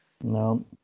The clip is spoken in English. No